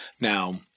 Now